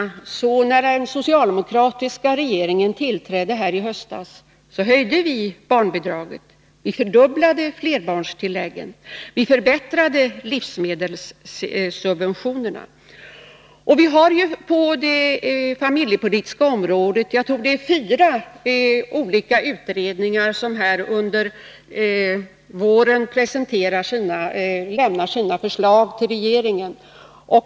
Efter det att den socialdemokratiska regeringen tillträtt i höstas höjdes barnbidraget. Vi fördubblade flerbarnstilläggen. Vi förbättrade livsmedelssubventionerna. På det familjepolitiska området kommer under våren fyra olika utredningar, tror jag, att avlämna förslag till regeringen.